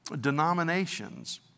denominations